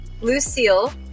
Lucille